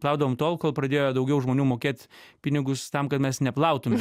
plaudavom tol kol pradėjo daugiau žmonių mokėt pinigus tam kad mes neplautume